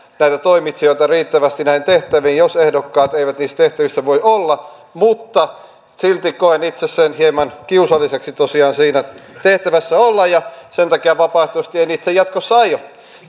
näitä toimitsijoita riittävästi näihin tehtäviin jos ehdokkaat eivät niissä tehtävissä voi olla mutta silti koen itse hieman kiusalliseksi tosiaan siinä tehtävässä olla ja sen takia vapaaehtoisesti en itse jatkossa aio